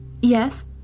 Yes